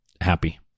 happy